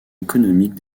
économique